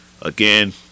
Again